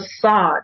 facade